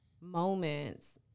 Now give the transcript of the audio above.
moments –